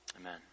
Amen